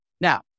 Now